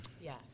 Yes